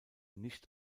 nicht